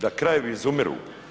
Da krajevi izumru.